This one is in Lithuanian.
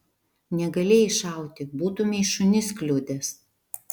negalėjai šauti būtumei šunis kliudęs